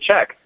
check